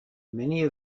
many